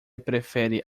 prefere